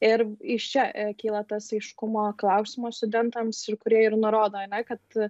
ir iš čia kyla tas aiškumo klausimas studentams ir kurie ir nurodo ane kad